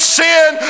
sin